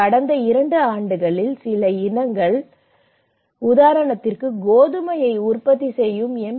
கடந்த 2 ஆண்டுகளில் சில இனங்கள் கோதுமையை உற்பத்தி செய்யும் எம்